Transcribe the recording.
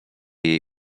jej